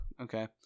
Okay